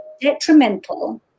detrimental